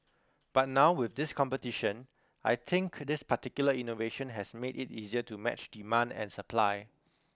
but now with this competition I think this particular innovation has made it easier to match demand and supply